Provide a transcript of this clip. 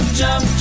jump